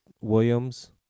Williams